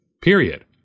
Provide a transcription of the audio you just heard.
Period